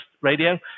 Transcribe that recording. radio